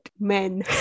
men